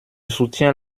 soutiens